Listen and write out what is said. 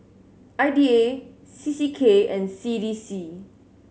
I D A C C K and C D C